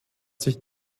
sich